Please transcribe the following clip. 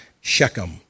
Shechem